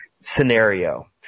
scenario